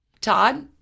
Todd